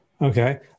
Okay